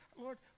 Lord